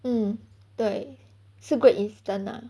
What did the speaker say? mm 对是 Great Eastern lah